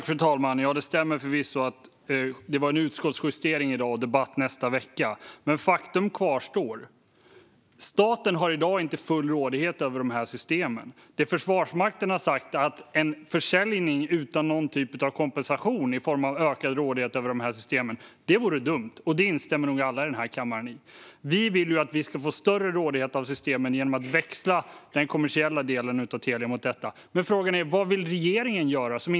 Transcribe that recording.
Fru talman! Det stämmer förvisso att det var en utskottsjustering i dag och att det är debatt nästa vecka. Men faktum kvarstår: Staten har i dag inte full rådighet över dessa system. Det Försvarsmakten har sagt är att en försäljning utan någon typ av kompensation i form av ökad rådighet över systemen vore dumt, och det instämmer nog alla i denna kammare i. Vi vill att vi ska få större rådighet över systemen genom att växla den kommersiella delen av Telia mot detta. Frågan är vad regeringen vill göra.